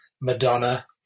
Madonna